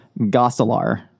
gosselar